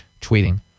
tweeting